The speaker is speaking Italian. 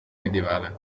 medievale